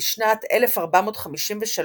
בשנת 1453,